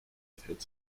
felt